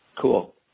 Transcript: Cool